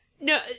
No